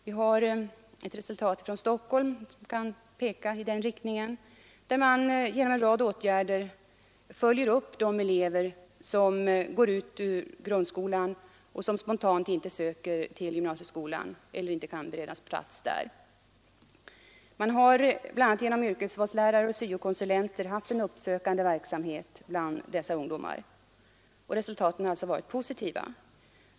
Vi har ett resultat från Stockholm som kan peka i den riktningen: man följer genom en rad åtgärder upp de elever som går ut ur grundskolan och som spontant inte söker till gymnasieskolan eller inte kan beredas plats där. Man har bl.a. genom yrkesvalslärare och syo-konsulenter haft en uppsökande verksamhet bland dessa ungdomar, och resultaten har alltså varit positiva.